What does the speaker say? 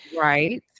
right